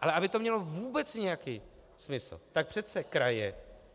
Ale aby to mělo vůbec nějaký smysl, tak přece kraje,